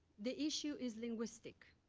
the issue is linguistic.